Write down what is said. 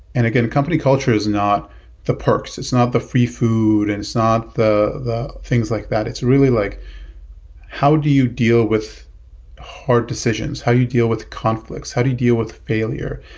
and again, company culture is not the perks. it's not the free food and it's not the the things like that. it's really like how do you deal with hard decisions? how you deal with conflicts? how do you deal with failure?